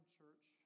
church